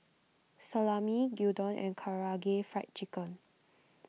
Salami Gyudon and Karaage Fried Chicken